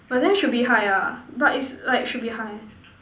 but then should be high ah but is like should be high